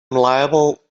liable